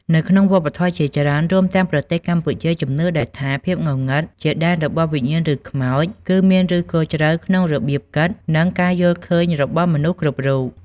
នៅក្នុងវប្បធម៌ជាច្រើន រួមទាំងប្រទេសកម្ពុជា ជំនឿដែលថាភាពងងឹតជាដែនរបស់វិញ្ញាណ ឬខ្មោច គឺមានឫសគល់ជ្រៅក្នុងរបៀបគិត និងការយល់ឃើញរបស់មនុស្សគ្រប់រូប ។